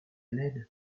ned